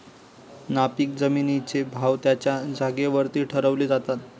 नापीक जमिनींचे भाव त्यांच्या जागेवरती ठरवले जातात